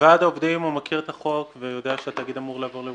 ועד העובדים מכיר את החוק ויודע שהתאגיד אמור לעבור לירושלים.